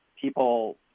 people